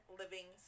living